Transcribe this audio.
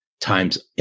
times